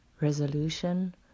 resolution